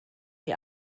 die